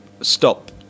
stop